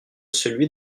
celui